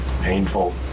painful